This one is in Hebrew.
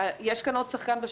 יש כאן עוד שחקן בשוק,